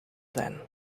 then